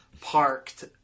parked